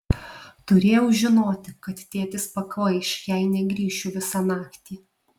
turėjau žinoti kad tėtis pakvaiš jei negrįšiu visą naktį